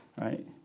right